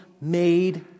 made